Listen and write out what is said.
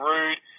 Rude